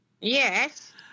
Yes